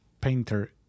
Painter